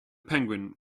penguin